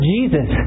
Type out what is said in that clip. Jesus